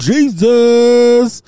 Jesus